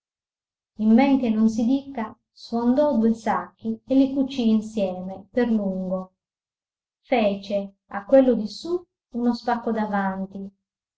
in men che non si dica sfondò due sacchi e li cucì insieme per lungo fece a quello di su uno spacco davanti